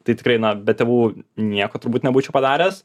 tai tikrai na be tėvų nieko turbūt nebūčiau padaręs